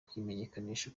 kuyimenyekanisha